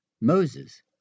Moses